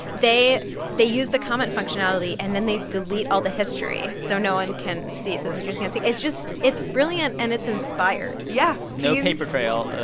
they they use the comment functionality, and then they delete all the history so no one can see so they just can't see. it's just it's brilliant, and it's inspired yeah. teens. no paper trail,